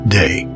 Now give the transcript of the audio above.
day